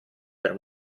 per